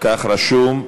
כך רשום.